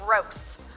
gross